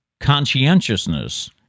conscientiousness